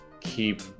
keep